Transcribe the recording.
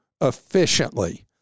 efficiently